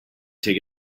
take